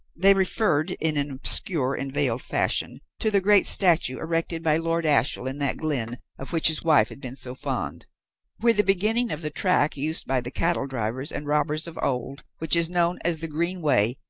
they referred, in an obscure and veiled fashion, to the great statue erected by lord ashiel in that glen of which his wife had been so fond where the beginning of the track used by the cattle drivers and robbers of old, which is known as the green way,